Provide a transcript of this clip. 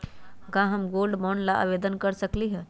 का हम gold bond ला आवेदन कर सकली ह?